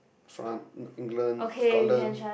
France England Scotland